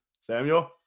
Samuel